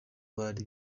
bari